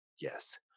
Yes